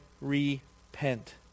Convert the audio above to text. repent